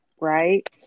right